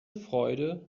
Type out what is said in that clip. freude